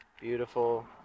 beautiful